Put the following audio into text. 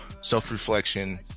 self-reflection